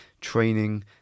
training